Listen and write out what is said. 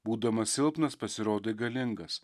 būdamas silpnas pasirodai galingas